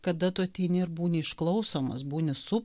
kada tu ateini ir būni išklausomas būni su